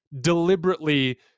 deliberately